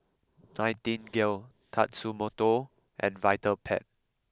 Nightingale Tatsumoto and Vitapet